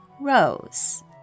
Rose